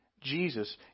Jesus